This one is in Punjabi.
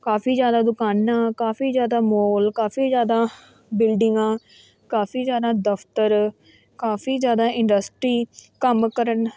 ਕਾਫ਼ੀ ਜ਼ਿਆਦਾ ਦੁਕਾਨਾਂ ਕਾਫ਼ੀ ਜ਼ਿਆਦਾ ਮੋਲ ਕਾਫ਼ੀ ਜ਼ਿਆਦਾ ਬਿਲਡਿੰਗਾਂ ਕਾਫ਼ੀ ਜ਼ਿਆਦਾ ਦਫ਼ਤਰ ਕਾਫ਼ੀ ਜ਼ਿਆਦਾ ਇੰਡਸਟਰੀ ਕੰਮ ਕਰਨ